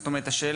זאת אומרת השאלה,